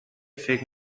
فکر